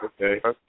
okay